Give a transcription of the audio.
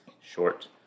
short